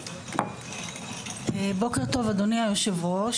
בוקר טוב אדוני היו"ר,